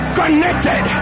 connected